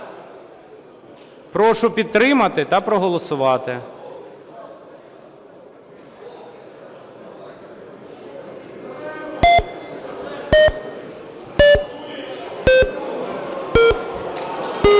Прошу підтримати та проголосувати.